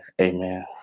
Amen